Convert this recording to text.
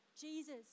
Jesus